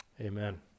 Amen